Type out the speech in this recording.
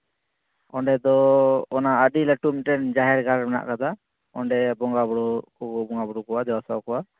ᱚᱸᱰᱮ ᱫᱚ ᱚᱱᱟ ᱟᱹᱰᱤ ᱞᱟᱹᱴᱩ ᱢᱤᱫᱴᱮᱱ ᱡᱟᱦᱮᱨ ᱜᱟᱲ ᱢᱮᱱᱟᱜ ᱠᱟᱫᱟ ᱚᱸᱰᱮ ᱵᱚᱸᱜᱟ ᱵᱩᱨᱩ ᱠᱚ ᱵᱚᱸᱜᱟ ᱵᱩᱨᱩ ᱠᱚᱣᱟ ᱫᱮᱵᱟᱼᱥᱮᱵᱟ ᱠᱚᱣᱟ